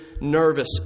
nervous